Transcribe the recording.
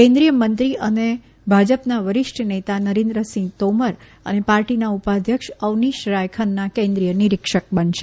કેન્દ્રીય મંત્રી અને ભાજપના વરિષ્ઠ નેતા નરેન્દ્રસિંહ તોમર અને પાર્ટીના ઉપાધ્યક્ષ અવનીશ રાય ખન્ના કેન્દ્રીય નીરિક્ષક બનશે